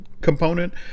component